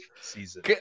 season